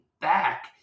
back